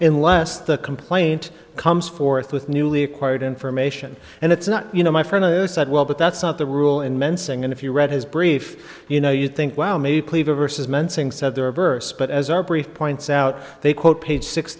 unless the complaint comes forth with newly acquired information and it's not you know my friend said well but that's not the rule in mensing and if you read his brief you know you think well maybe plead the verses mensing said there are a verse but as our brief points out they quote page six